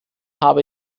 habe